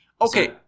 okay